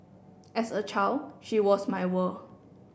as a child she was my world